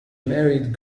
married